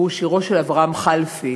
הוא שירו של אברהם חלפי